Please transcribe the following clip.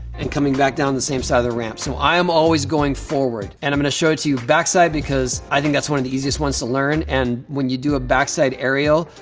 and coming back down the same side of the ramp, so i am always going forward. and i'm gonna show it to you backside because i think that's one of the easiest ones to learn, and when you do a back-side aerial,